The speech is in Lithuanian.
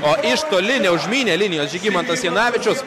o iš toli neužmynė linijos žygimantas janavičius